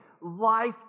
Life